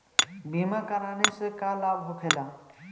बीमा कराने से का लाभ होखेला?